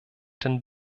den